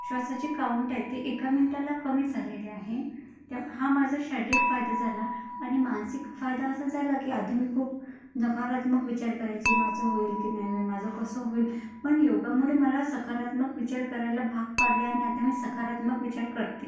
श्वासाची काऊंट आहे ते एका मिनटाला कमी झालेली आहे त्या हा माझा शारीरिक फायदा झाला आणि मानसिक फायदा असा झाला की आधी मी खूप नकारात्मक विचार करायची माझं होईल की नाही होईल माझं कसं होईल पण योगामुळे मला सकारात्मक विचार करायला भाग पाडले आणि आता मी सकारात्मक विचार करते